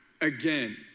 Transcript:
again